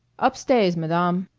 up-stays, madame.